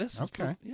okay